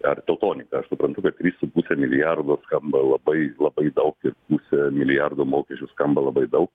ar teltoniką aš suprantu kad trys su puse milijardo skamba labai labai daug ir pusė milijardo mokesčių skamba labai daug